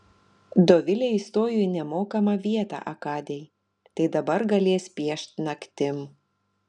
dovilė įstojo į nemokamą vietą akadėj tai dabar galės piešt naktim